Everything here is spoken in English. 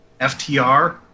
FTR